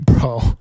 Bro